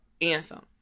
anthem